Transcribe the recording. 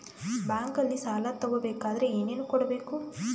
ಬ್ಯಾಂಕಲ್ಲಿ ಸಾಲ ತಗೋ ಬೇಕಾದರೆ ಏನೇನು ಕೊಡಬೇಕು?